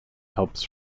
helps